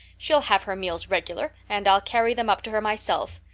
she'll have her meals regular, and i'll carry them up to her myself.